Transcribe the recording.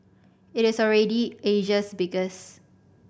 it is already Asia's biggest